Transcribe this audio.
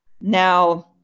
Now